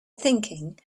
thinking